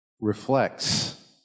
reflects